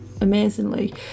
amazingly